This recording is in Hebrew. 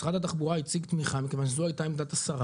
משרד התחבורה הציג תמיכה מכיוון שזו הייתה עמדת השרה